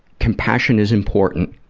compassion is important,